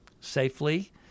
safely